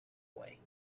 way